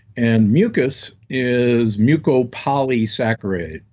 and mucus is mucopolysaccharidoses.